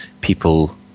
people